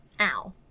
Ow